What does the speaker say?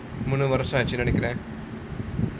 மூணு வருஷம் ஆச்சுன்னு நினைக்குறேன்:moonu varusham aachunu ninaikuraen